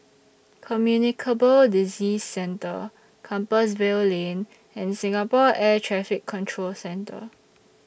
Communicable Disease Centre Compassvale Lane and Singapore Air Traffic Control Centre